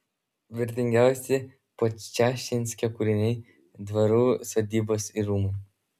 vertingiausi podčašinskio kūriniai dvarų sodybos ir rūmai